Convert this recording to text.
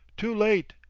too late!